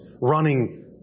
running